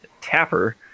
tapper